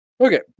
Okay